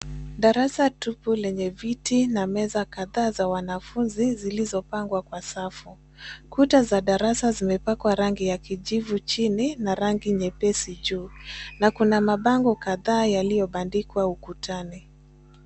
Darasa tupu lenye viti na meza kadhaa za wanafunzi zilizopangwa kwa safu. Kuta za darasa zimepakwa rangi ya kijivu chini na rangi nyepesi juu. Na kuna mabango kadhaa yaliyobandikwa ukutani.